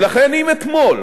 ולכן, אם אתמול